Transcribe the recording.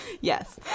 Yes